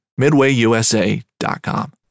MidwayUSA.com